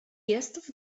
jest